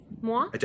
moi